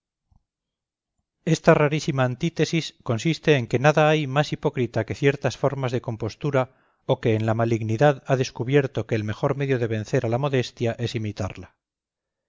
esta rarísima antítesis consiste en que nada hay más hipócrita que ciertas formas de compostura o en que la malignidad ha descubierto que el mejor medio de vencer a la modestia es imitarla